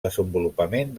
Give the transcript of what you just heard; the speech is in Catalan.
desenvolupament